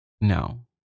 No